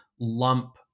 lump